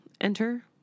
enter